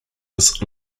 his